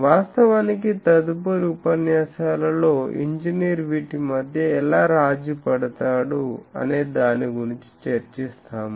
వాస్తవానికి తదుపరి ఉపన్యాసాలలో ఇంజనీర్ వీటి మధ్య ఎలా రాజీ పడతాడు అనే దాని గురించి చర్చిస్తాము